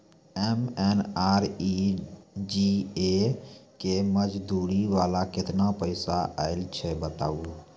MNREGA के मज़दूरी वाला केतना पैसा आयल छै बताबू?